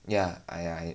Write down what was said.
ya I I